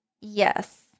Yes